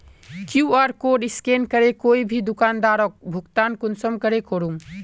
QR code scan करे कोई भी दुकानदारोक भुगतान कुंसम करे करूम?